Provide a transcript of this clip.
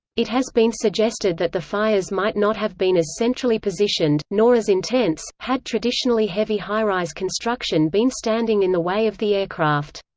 it has been suggested that the fires might not have been as centrally positioned, nor as intense, had traditionally heavy high-rise construction been standing in the way of the aircraft.